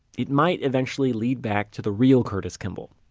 it might eventually lead back to the real curtis kimball.